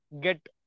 get